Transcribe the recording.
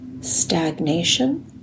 stagnation